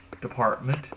department